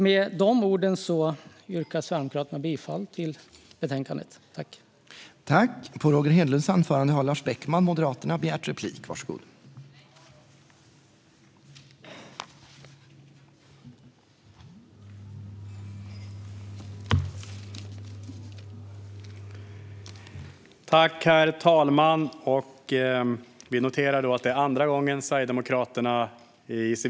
Jag yrkar bifall till utskottets förslag.